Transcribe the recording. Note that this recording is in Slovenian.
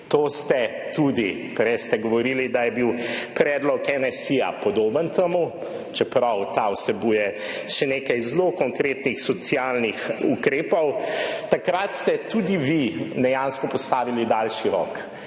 To ste tudi prej govorili, da je bil predlog NSi podoben temu, čeprav ta vsebuje še nekaj zelo konkretnih socialnih ukrepov. Takrat ste tudi vi dejansko postavili daljši rok.